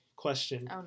question